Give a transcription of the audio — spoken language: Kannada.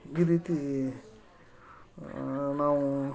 ಈ ರೀತಿ ನಾವು